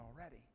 already